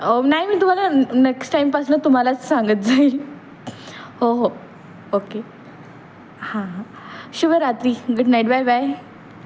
नाही मी तुम्हाला नेक्स्ट टाईमपासनं तुम्हालाच सांगत जाईल हो हो ओके हां हां शुभ रात्री गुड नाईट बाय बाय